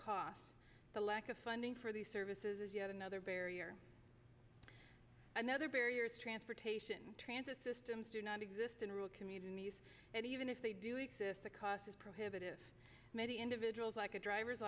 cost the lack of funding for these services is yet another barrier another barrier is transportation transit systems do not exist in rural communities and even if they do exist the cost is prohibitive many individuals like a driver's